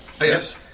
Yes